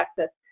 access